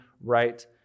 right